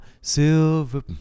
silver